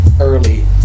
early